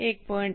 1